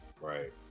Right